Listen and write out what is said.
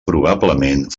probablement